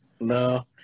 no